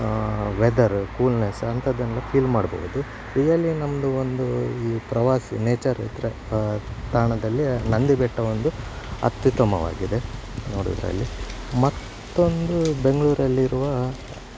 weather coolness ಅಂಥದ್ದನೆಲ್ಲ feel ಮಾಡಬಹುದು really ನಮ್ಮದು ಒಂದು ಈ ಪ್ರವಾಸಿ ನೇಚರ್ ಇದ್ದರೆ ತಾಣದಲ್ಲಿ ನಂದಿಬೆಟ್ಟ ಒಂದು ಅತ್ಯುತ್ತಮವಾಗಿದೆ ನೋಡೋದ್ರಲ್ಲಿ ಮತ್ತೊಂದು ಬೆಂಗಳೂರಲ್ಲಿರುವ